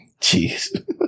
Jeez